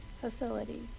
facility